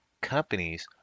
companies